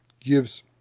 gives